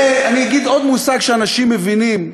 ואני אגיד עוד מושג שאנשים מבינים: